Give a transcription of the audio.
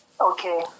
Okay